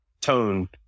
Tone